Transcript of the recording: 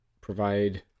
provide